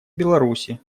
беларуси